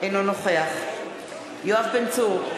אינו נוכח יואב בן צור,